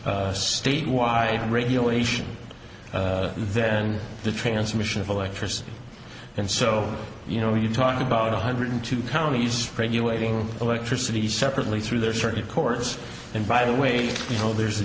a state wide regulation then the transmission of electricity and so you know you talk about one hundred two counties regulating electricity separately through their circuit courts and by the way you know there's a